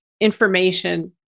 information